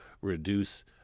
reduce